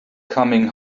coming